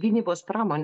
gynybos pramonę